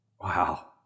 Wow